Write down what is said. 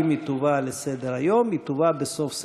אם היא תובא לסדר-היום, היא תובא בסוף סדר-היום,